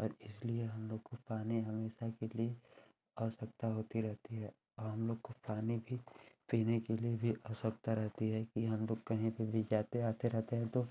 और इसलिए हमलोग को पानी हमेशा के लिए आवश्यकता होती रहती है और हमलोग को पानी भी पीने के लिए भी आवश्यकता रहती है कि हमलोग कहीं पर भी जाते आते रहते हैं तो